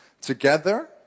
Together